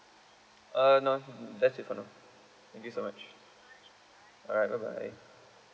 uh no that's it for now thank you so much alright bye bye